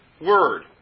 word